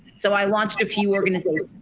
so i launched a few organizations.